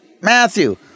Matthew